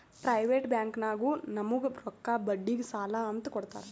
private ಬ್ಯಾಂಕ್ನಾಗು ನಮುಗ್ ರೊಕ್ಕಾ ಬಡ್ಡಿಗ್ ಸಾಲಾ ಅಂತ್ ಕೊಡ್ತಾರ್